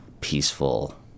peaceful